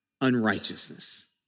unrighteousness